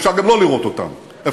אפשר גם לא לראות אותם,